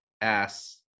ass